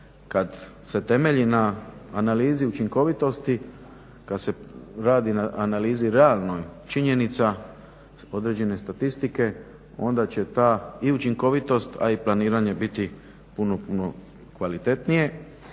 kad se temelji na analizi učinkovitosti, kad se radi na analizi realnoj činjenica određene statistike onda će ta i učinkovitost, a i planiranje biti puno, puno kvalitetnije.